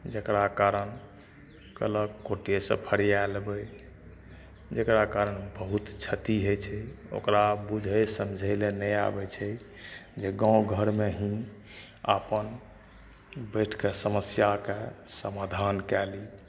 जेकरा कारण गलत गोटे सऽ फरिए लेबै जेकरा कारण बहुत क्षति होइ छै ओकरा बुझै समझै लए नहि आबै छै जे गाँव घरमे ही पन बैठके समस्याके समाधान कए ली